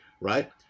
right